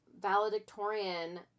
valedictorian